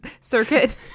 circuit